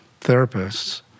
therapists